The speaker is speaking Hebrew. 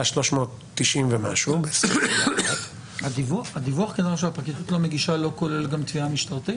398 --- הדיווח שהפרקליטות מגישה לא כולל גם תביעה משטרתית?